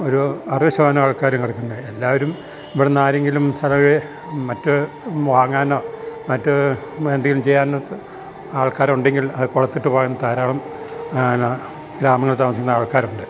ഒരു അറുപത് ശതമാനം ആൾക്കാരും കിടക്കുന്നത് എല്ലാവരും ഇവിടുന്നാരെങ്കിലും സർവെ മറ്റ് വാങ്ങാനോ മറ്റ് എന്തെങ്കിലും ചെയ്യാൻ ആൾക്കാർ ഉണ്ടെങ്കിൽ അത് കൊടുത്തിട്ട് പോവാൻ ധാരാളം ഗ്രാമങ്ങളിൽ താമസിക്കുന്ന ആൾക്കാർ ഉണ്ട്